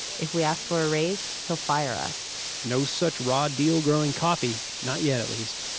if we ask for a raise, he'll fire us no such raw deal growing coffee. not yet at least.